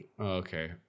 Okay